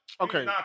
okay